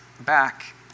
back